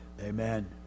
Amen